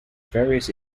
various